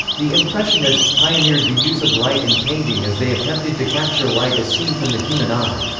the impressionists pioneered the use of light in painting as they attempted to capture light as seen from the human eye.